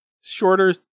shorter